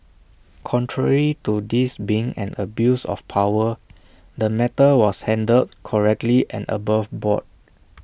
contrary to this being an abuse of power the matter was handled correctly and above board